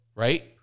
Right